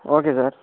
okay sir